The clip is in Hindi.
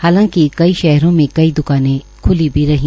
हालांकि कई शहरों में क्छ द्वकाने ख्ली भी रही